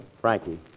Frankie